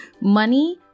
money